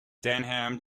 denham